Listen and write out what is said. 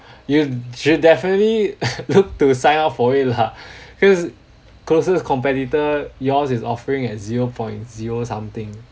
you should definitely look to sign up for it lah cause closest competitor yours is offering at zero point zero something